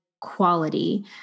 quality